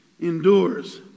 endures